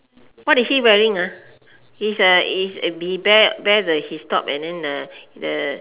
what is he wearing ah he is a is a he bare bare the his top and then the